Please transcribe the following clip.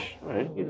right